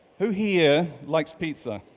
who here likes pizza?